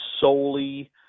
solely